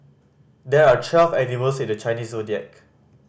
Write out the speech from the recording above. there are twelve animals in the Chinese Zodiac